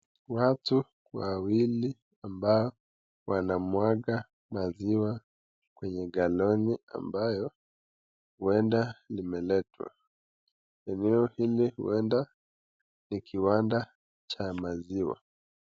Watu wawili ambao wanamwaga maziwa kwenye galoni ambayo uenda limeletwa, eneo hili uenda ni kiwanda cha maziwa.